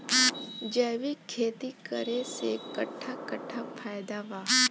जैविक खेती करे से कट्ठा कट्ठा फायदा बा?